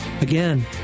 Again